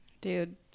Dude